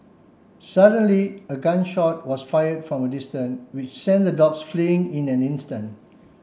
suddenly a gun shot was fired from a distance which sent the dogs fleeing in an instant